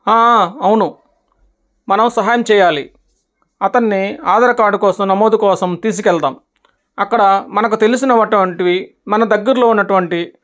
అవును మనం సహాయం చేయాలి అతన్ని ఆధార్ కార్డు కోసం నమోదు కోసం తీసుకెళదాము అక్కడ మనకు తెలిసినటువంటివి మన దగ్గరలో ఉన్నటువంటి